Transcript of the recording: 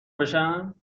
بشم